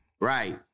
Right